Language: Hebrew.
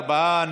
ארבעה,